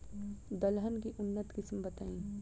दलहन के उन्नत किस्म बताई?